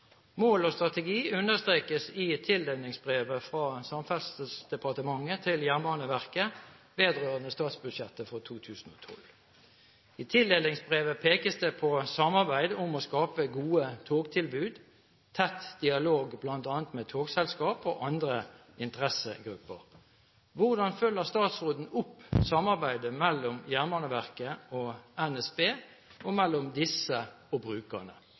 Mål og strategi understrekes i tildelingsbrevet fra Samferdselsdepartementet til Jernbaneverket vedrørende statsbudsjettet for 2012. I tildelingsbrevet pekes det på samarbeid om å skape gode togtilbud; tett dialog med bl.a. togselskap og andre interessegrupper. Hvordan følger statsråden opp samarbeidet mellom Jernbaneverket og NSB og mellom disse og brukerne?»